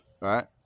right